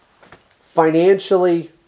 financially